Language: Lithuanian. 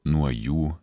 nuo jų